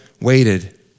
waited